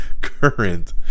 current